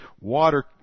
water